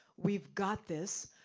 we've got this,